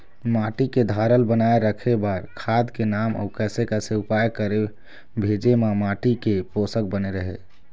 माटी के धारल बनाए रखे बार खाद के नाम अउ कैसे कैसे उपाय करें भेजे मा माटी के पोषक बने रहे?